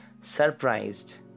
surprised